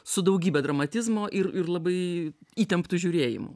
su daugybe dramatizmo ir ir labai įtemptu žiūrėjimu